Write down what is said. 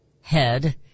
head